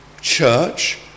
church